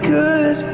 good